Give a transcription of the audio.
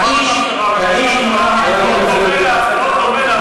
אז זה לא דומה.